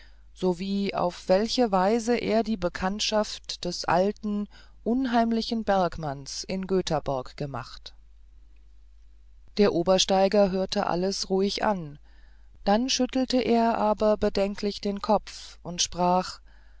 sowie auf welche weise er die bekanntschaft des alten unheimlichen bergmanns in göthaborg gemacht der obersteiger hörte alles ruhig an dann schüttelte er aber bedenklich den kopf und sprach